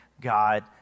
God